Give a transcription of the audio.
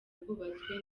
rwubatswe